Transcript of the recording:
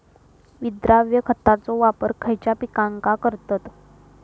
विद्राव्य खताचो वापर खयच्या पिकांका करतत?